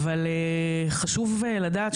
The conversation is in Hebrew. אבל חשוב לדעת,